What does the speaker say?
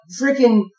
freaking